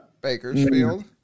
Bakersfield